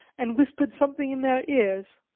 and whispered something in their ears,